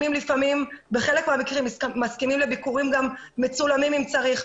בחלק מהמקרים האסירים מסכימים לביקורים מצולמים אם צריך,